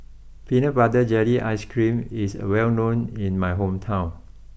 Peanut Butter Jelly Ice cream is well known in my hometown